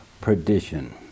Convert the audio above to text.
perdition